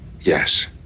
Yes